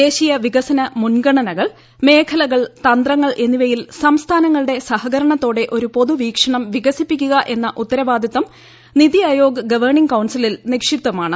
ദേശീയ വികസന മുൻഗണനകൾ മേഖലകൾ തന്ത്രങ്ങൾ എന്നിവയിൽ സംസ്ഥാനങ്ങളുടെ സഹകരണത്തോടെ ഒരു പൊതുവീക്ഷണം വികസിപ്പിക്കുക എന്ന ഉത്തരവാദിത്തം നിതി ആയോഗ് ഗവേണിംഗ് കൌൺസിലിൽ നിക്ഷിപ്തമാണ്